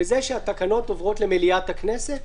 וזה שהתקנות עוברות למליאת הכנסת,